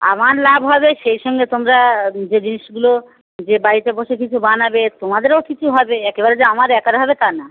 আমার লাভ হবে সেইসঙ্গে তোমরা যে জিনিসগুলো যে বাড়িতে বসে কিছু বানাবে তোমাদেরও কিছু হবে একেবারে যে আমার একার হবে তা না